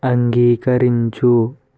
అంగీకరించు